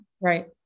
Right